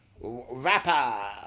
rapper